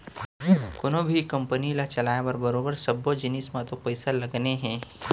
कोनों भी कंपनी ल चलाय म बरोबर सब्बो जिनिस म तो पइसा लगने हे